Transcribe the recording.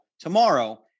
tomorrow